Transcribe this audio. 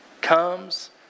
comes